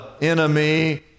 enemy